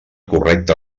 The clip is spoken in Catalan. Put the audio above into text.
correcta